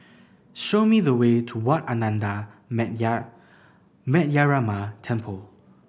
show me the way to Wat Ananda Metyarama Temple